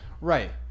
Right